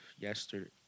Yesterday